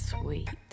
sweet